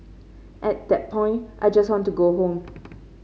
at that point I just want to go home